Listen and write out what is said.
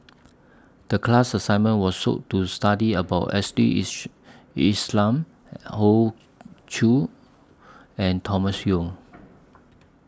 The class assignment to study about Islam Hoey Choo and Thomas Yeo